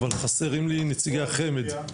אבל חסרים לי נציגי החמ"ד.